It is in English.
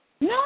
No